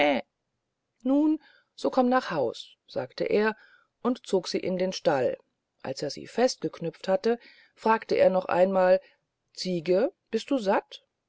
nun so komm nach haus sagte er und zog sie in den stall als er sie festgeknüpft hatte fragte er noch einmal ziege du bist doch satt